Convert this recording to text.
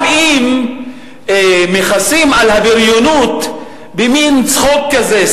גם אם מכסים על הבריונות במין צחוק כזה,